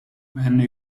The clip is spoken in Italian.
venne